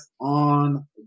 on